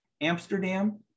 Amsterdam